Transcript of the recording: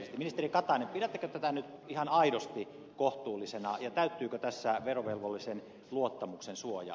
ministeri katainen pidättekö tätä nyt ihan aidosti kohtuullisena ja täyttyykö tässä verovelvollisen luottamuksen suoja